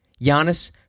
Giannis